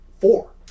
four